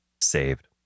saved